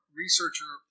researcher